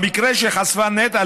במקרה שחשפה נטע,